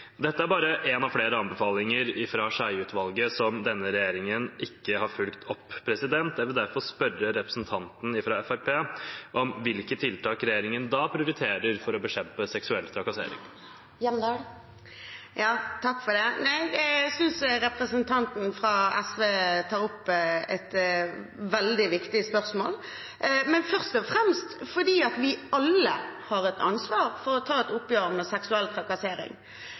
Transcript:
Dette er bare en av flere anbefalinger fra Skjeie-utvalget som denne regjeringen ikke har fulgt opp. Jeg vil derfor spørre representanten fra Fremskrittspartiet om hvilke tiltak regjeringen da prioriterer for å bekjempe seksuell trakassering. Jeg synes representanten fra Sosialistisk Venstreparti tar opp et veldig viktig spørsmål, først og fremst fordi vi alle har et ansvar for å ta et oppgjør med seksuell trakassering.